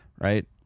right